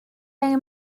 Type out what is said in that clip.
angen